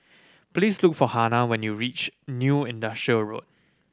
please look for Hannah when you reach New Industrial Road